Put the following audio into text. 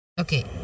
Okay